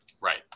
Right